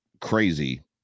crazy